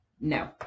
no